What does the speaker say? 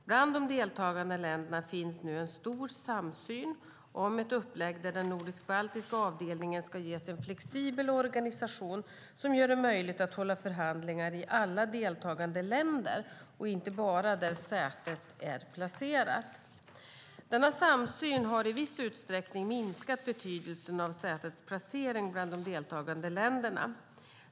Bland de deltagande länderna finns nu en stor samsyn om ett upplägg där den nordisk-baltiska avdelningen ska ges en flexibel organisation som gör det möjligt att hålla förhandlingar i alla deltagande länder och inte bara där sätet är placerat. Denna samsyn har i viss utsträckning minskat betydelsen av sätets placering bland de deltagande länderna.